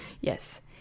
Yes